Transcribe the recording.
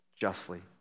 justly